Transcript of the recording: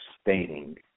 stating